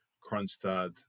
Kronstadt